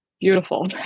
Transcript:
beautiful